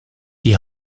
die